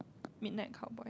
midnight cowboy